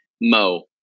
Mo